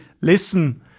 listen